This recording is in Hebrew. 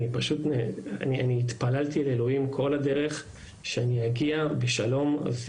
פשוט התפללתי לאלוהים כל הדרך שאגיע בשלום.